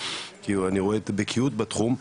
כי אני רואה את הבקיאות בתחום,